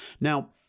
Now